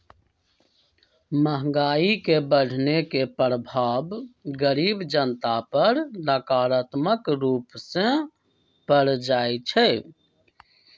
महंगाई के बढ़ने के प्रभाव गरीब जनता पर नकारात्मक रूप से पर जाइ छइ